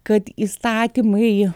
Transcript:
kad įstatymai